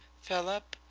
philip,